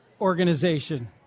organization